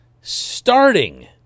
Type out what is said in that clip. starting